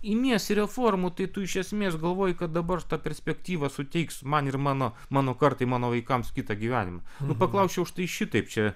imiesi reformų tai tu iš esmės galvoji kad dabar ta perspektyva suteiks man ir mano mano kartai mano vaikams kitą gyvenimą nu paklausčiau štai šitaip čia